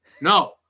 No